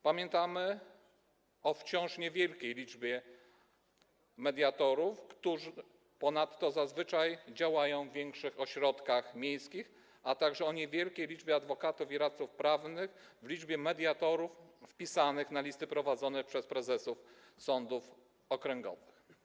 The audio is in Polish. Pamiętajmy o wciąż niewielkiej liczbie mediatorów, którzy ponadto zazwyczaj działają w większych ośrodkach miejskich, a także o niewielkiej liczbie adwokatów i radców prawnych w liczbie mediatorów wpisanych na listy prowadzone przez prezesów sądów okręgowych.